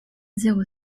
zéro